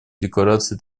декларации